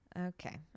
okay